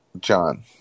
John